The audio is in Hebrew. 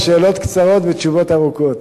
לשאלות קצרות ותשובות ארוכות.